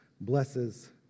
blesses